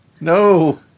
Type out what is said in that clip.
No